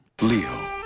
Leo